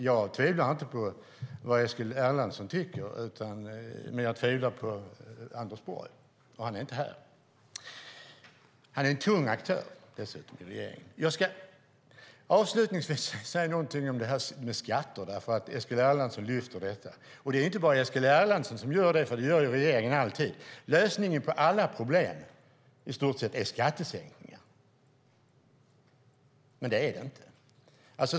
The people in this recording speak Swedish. Jag tvivlar inte på vad Eskil Erlandsson tycker. Men problemet är att jag tvivlar på Anders Borg, och han är inte här. Han är dessutom en tung aktör i regeringen. Jag ska avslutningsvis säga någonting om skatter eftersom Eskil Erlandsson lyfter fram det. Det är inte bara Eskil Erlandsson som gör det, utan det gör regeringen alltid. Lösningen på i stort sett alla problem är skattesänkningar. Men det är det inte.